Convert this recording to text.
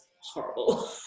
horrible